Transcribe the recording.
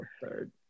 third